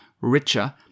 richer